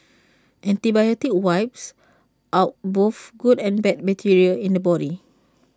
antibiotics wipes out both good and bad bacteria in the body